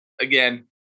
again